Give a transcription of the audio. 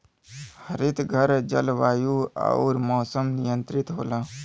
हरितघर जलवायु आउर मौसम नियंत्रित होला